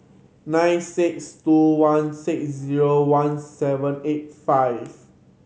nine six two one six zero one seven eight five